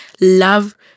love